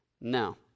No